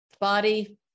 body